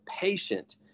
patient